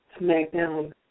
SmackDown